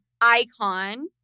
icon